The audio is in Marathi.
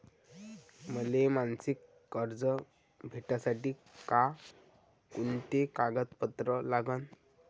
मले मासिक कर्ज भेटासाठी का कुंते कागदपत्र लागन?